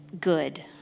good